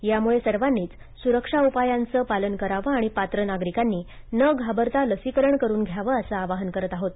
त्यामुळे सर्वांनीच सुरक्षा उपायांचं पालन करावं आणि पात्र नागरिकांनी न घाबरता लसीकरण करून घ्यावं असं आवाहन करत आहोत